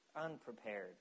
unprepared